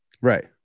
Right